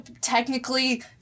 Technically